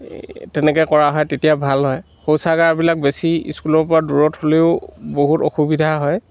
তেনেকৈ কৰা হয় তেতিয়া ভাল হয় শৌচাগাৰবিলাক বেছি স্কুলৰ পৰা দূৰত হ'লেও বহুত অসুবিধা হয়